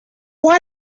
why